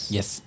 Yes